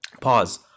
pause